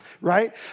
right